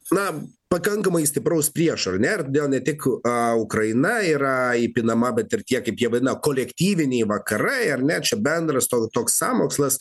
na pakankamai stipraus priešo ar ne dėl ne tik ukraina yra įpinama bet ir tiek kaip jie vadina kolektyviniai vakarai ar ne čia bendras toks sąmokslas